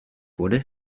wurde